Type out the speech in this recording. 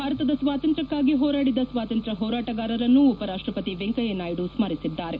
ಭಾರತದ ಸ್ವಾತಂತ್ರ್ಯಕ್ಕಾಗಿ ಹೋರಾಡಿದ ಸ್ವಾತಂತ್ರ್ಯ ಹೋರಾಟಗಾರರನ್ನು ಉಪರಾಷ್ಟಪತಿ ವೆಂಕಯ್ಯನಾಯ್ಡು ಸ್ಟರಿಸಿದ್ದಾರೆ